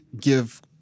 give